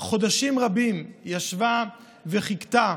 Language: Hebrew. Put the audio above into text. חודשים רבים ישבה וחיכתה.